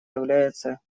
является